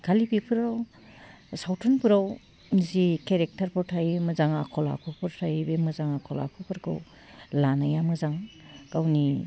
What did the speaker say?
खालि बेफोराव सावथुनफ्राव जि केरेक्टारफ्राव थायो मोजां आखल आखुफोर थायो बे मोजां आखल आखुफोरखौ लानाया मोजां गावनि